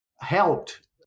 helped